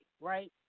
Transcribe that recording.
right